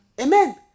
Amen